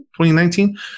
2019